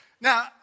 now